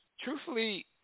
truthfully